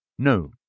No